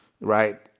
right